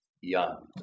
young